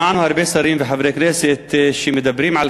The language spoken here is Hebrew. שמענו הרבה שרים וחברי כנסת שמדברים על